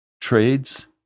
trades